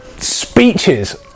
speeches